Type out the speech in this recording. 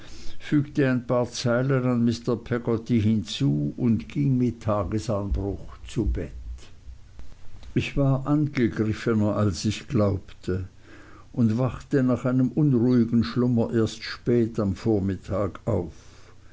fügte ein paar zeilen an mr peggotty hinzu und ging mit tagesanbruch zu bett ich war angegriffener als ich glaubte und wachte nach einem unruhigen schlummer erst spät am vormittag auf